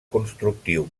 constructiu